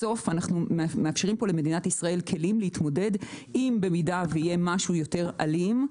אנחנו נותנים פה למדינת ישראל כלים להתמודד במידה ויהיה משהו יותר אלים,